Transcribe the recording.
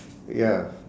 ya